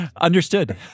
Understood